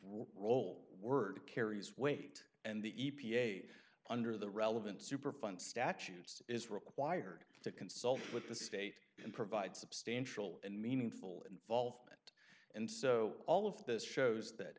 role word carries weight and the e p a under the relevant superfund statutes is required to consult with the state and provide substantial and meaningful involvement and so all of this shows that